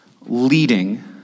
leading